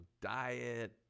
diet